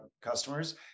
customers